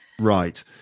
Right